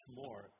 more